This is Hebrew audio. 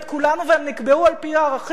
והם נקבעו על-פי הערכים שלנו,